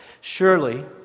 Surely